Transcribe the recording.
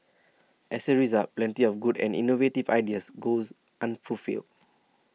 as a result plenty of good and innovative ideas goes unfulfilled